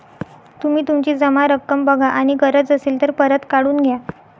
तुम्ही तुमची जमा रक्कम बघा आणि गरज असेल तर परत काढून घ्या